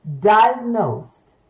diagnosed